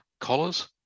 collars